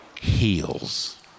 heals